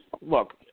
Look